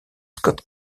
scott